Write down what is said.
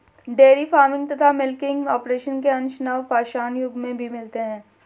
dairy farming तथा milking operation के अंश नवपाषाण युग में भी मिलते हैं